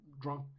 drunk